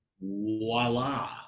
voila